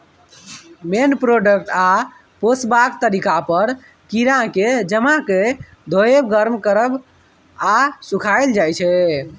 मेन product आ पोसबाक तरीका पर कीराकेँ जमा कए धोएब, गर्म करब आ सुखाएल जाइ छै